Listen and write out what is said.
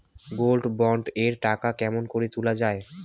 Gold bond এর টাকা কেমন করি তুলা যাবে?